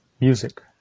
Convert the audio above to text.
music